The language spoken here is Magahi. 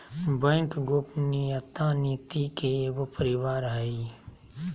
बैंक गोपनीयता नीति के एगो परिवार हइ